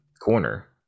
corner